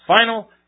final